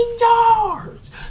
yards